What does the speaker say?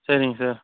சரிங்க சார்